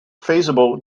feasible